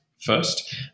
first